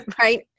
right